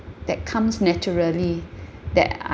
that comes naturally that I